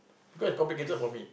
because it's complicated for me